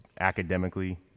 academically